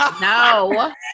No